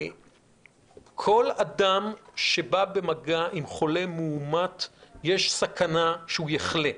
כל אדם שבא במגע עם חולה מאומת יש סכנה שיחלה.